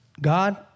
God